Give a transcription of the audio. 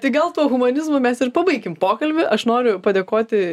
tai gal tuo humanizmu mes ir pabaikim pokalbį aš noriu padėkoti